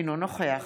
אינו נוכח